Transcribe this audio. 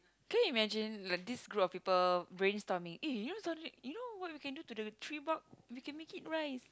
can you imagine like this group of people brainstorming eh you know suddenly you know what we can do to the tree bark we can make it rice